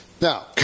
Now